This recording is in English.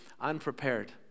unprepared